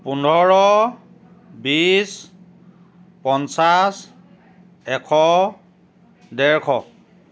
পোন্ধৰ বিশ পঞ্চাছ এশ ডেৰশ